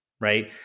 right